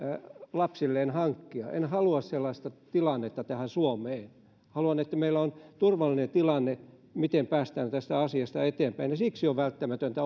lapsilleen hankkia en halua sellaista tilannetta tänne suomeen haluan että meillä on turvallinen tilanne miten päästään tästä asiasta eteenpäin ja siksi on välttämätöntä